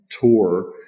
tour